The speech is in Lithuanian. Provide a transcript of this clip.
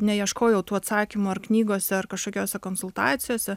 neieškojau tų atsakymų ar knygose ar kažkokiose konsultacijose